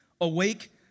Awake